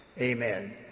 Amen